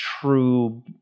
true